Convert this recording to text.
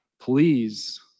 please